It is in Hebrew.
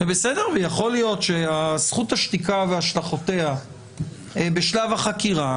ויכול להיות שזכות השתיקה והשלכותיה בשלב החקירה,